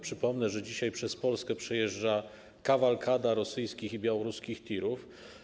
Przypomnę, że dzisiaj przez Polskę przejeżdża kawalkada rosyjskich i białoruskich tirów.